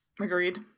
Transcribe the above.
Agreed